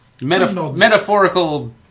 metaphorical